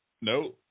no